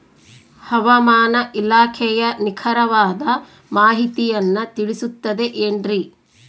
ಹವಮಾನ ಇಲಾಖೆಯ ನಿಖರವಾದ ಮಾಹಿತಿಯನ್ನ ತಿಳಿಸುತ್ತದೆ ಎನ್ರಿ?